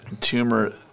tumor